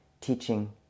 teaching